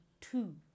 two